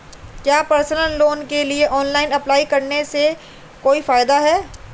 क्या personal loan के लिए ऑनलाइन अप्लाई करने से कोई फायदा है?